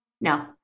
no